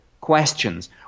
questions